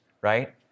right